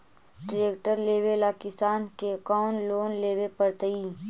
Tractor लेवेला किसान के कौन लोन लेवे पड़तई?